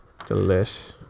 Delish